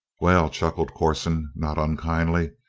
well! chuckled corson, not unkindly,